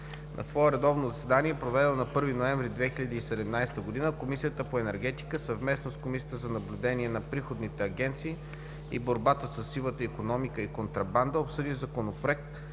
На свое редовно заседание, проведено на 1 ноември 2017 г., Комисията по енергетика, съвместно с Комисията за наблюдение на приходните агенции и борба със сивата икономика и контрабанда и Комисията